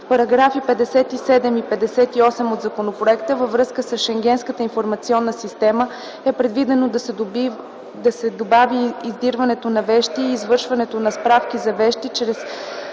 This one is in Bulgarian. В § 57 и 58 от законопроекта, във връзка с Шенгенската информационна система, е предвидено да се добави издирването на вещи и извършването на справки за вещи